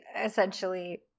essentially